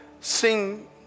sing